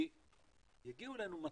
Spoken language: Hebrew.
כי יגיעו אלינו מתנות,